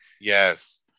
Yes